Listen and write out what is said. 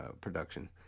production